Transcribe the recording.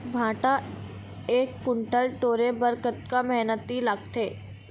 भांटा एक कुन्टल टोरे बर कतका मेहनती लागथे?